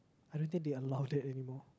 I don't think they allow that anymore